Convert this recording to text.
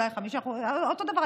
אולי 5%. אותו דבר,